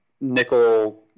nickel